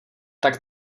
tak